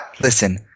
Listen